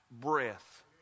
breath